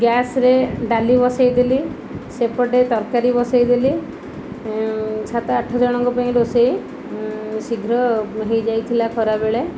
ଗ୍ୟାସରେ ଡାଲି ବସେଇଦେଲି ସେପଟେ ତରକାରୀ ବସେଇଦେଲି ସାତ ଆଠଜଣଙ୍କ ପାଇଁ ରୋଷେଇ ଶୀଘ୍ର ହୋଇଯାଇଥିଲା ଖରାବେଳେ